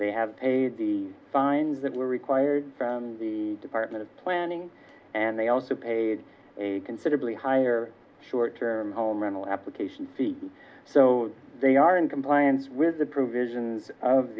they have paid the fines that were required from the department of planning and they also paid a considerably higher short term home rental application fee so they are in compliance with the provisions of